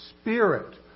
spirit